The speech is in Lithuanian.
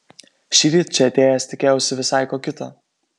šįryt čia atėjęs tikėjausi visai ko kito